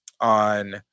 on